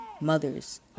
mothers